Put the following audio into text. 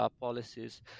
policies